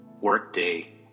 workday